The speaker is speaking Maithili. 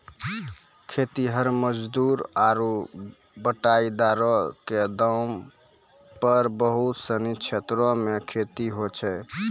खेतिहर मजदूर आरु बटाईदारो क दम पर बहुत सिनी क्षेत्रो मे खेती होय छै